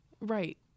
right